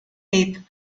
eighth